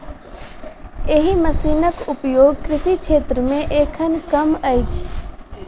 एहि मशीनक उपयोग कृषि क्षेत्र मे एखन कम अछि